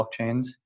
blockchains